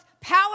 power